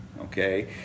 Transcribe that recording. Okay